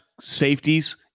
safeties